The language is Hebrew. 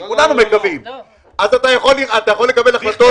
וכולנו מקווים, אתה יכול לקבל החלטות.